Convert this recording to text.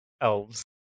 elves